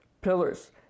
pillars